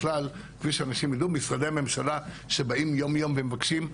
משרדי הממשלה שבאים יום יום ומבקשים,